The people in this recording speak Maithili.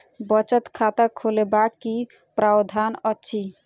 बचत खाता खोलेबाक की प्रावधान अछि?